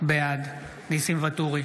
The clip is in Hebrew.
בעד ניסים ואטורי,